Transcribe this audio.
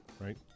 right